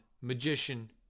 Magician